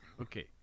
Okay